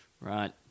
Right